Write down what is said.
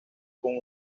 con